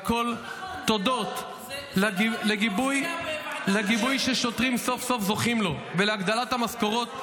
והכול הודות לגיבוי שהשוטרים סוף-סוף זוכים לו ולהגדלת המשכורות,